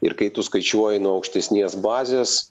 ir kai tu skaičiuoji nuo aukštesnės bazės